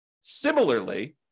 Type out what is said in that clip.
Similarly